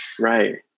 Right